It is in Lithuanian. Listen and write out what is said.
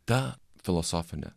ta filosofinė